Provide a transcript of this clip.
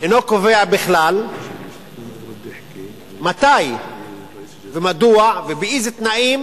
אינו קובע בכלל מתי ומדוע ובאיזה תנאים